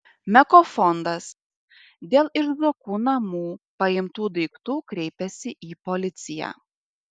meko fondas dėl iš zuokų namų paimtų daiktų kreipėsi į policiją